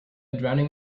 drowning